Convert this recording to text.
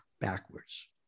backwards